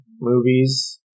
movies